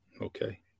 Okay